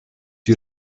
you